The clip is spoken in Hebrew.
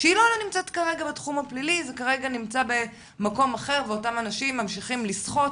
שלא נמצאים כרגע בתחום הפלילי אלא במקום אחר ואותם אנשים ממשיכים לסחוט